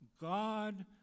God